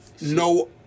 no